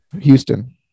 Houston